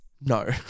No